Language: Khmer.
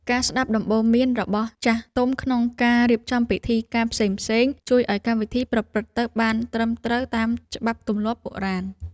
ការស្ដាប់ដំបូន្មានរបស់ចាស់ទុំក្នុងការរៀបចំពិធីការផ្សេងៗ ជួយឱ្យកម្មវិធីប្រព្រឹត្តទៅបានត្រឹមត្រូវតាមច្បាប់ទម្លាប់បុរាណ។